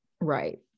right